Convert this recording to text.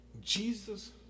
Jesus